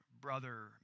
Brother